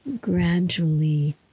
gradually